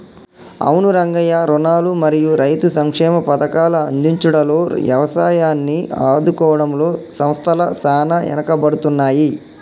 అవును రంగయ్య రుణాలు మరియు రైతు సంక్షేమ పథకాల అందించుడులో యవసాయాన్ని ఆదుకోవడంలో సంస్థల సాన ఎనుకబడుతున్నాయి